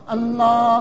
Allah